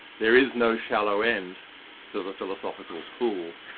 there is no shallow end to the philosophical pool.